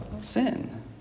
sin